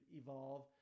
evolve